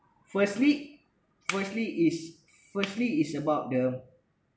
firstly firstly is firstly is about the